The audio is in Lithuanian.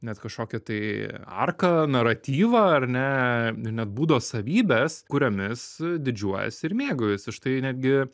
net kažkokią tai arką naratyvą ar ne net būdo savybes kuriomis didžiuojasi ir mėgaujasi štai netgi